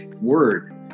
word